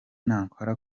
nakora